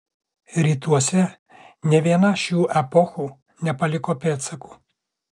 rytuose nė viena šių epochų nepaliko pėdsakų